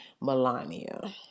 Melania